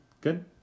Good